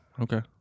okay